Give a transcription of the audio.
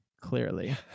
clearly